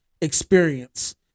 experience